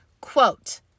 Quote